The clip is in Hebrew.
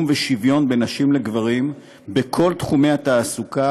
ושוויון בין נשים לגברים בכל תחומי התעסוקה,